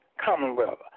Commonwealth